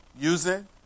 using